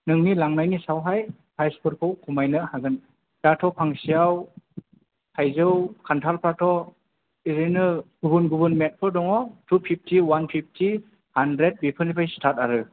नोंनि लांनायनि सायावहाय फ्राइसफोरखौ खमायनो हागोन दाथ' फांसेयाव थाइजौ खान्थालफ्राथ' ओरैनो गुबुन गुबुन मेखबो दङ two fifty one fifty hundred बेफोरनिफ्राय सिथार्थ आरो